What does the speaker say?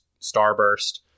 Starburst